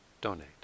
donate